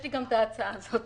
יש לי גם את ההצעה הזאת.